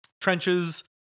trenches